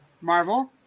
marvel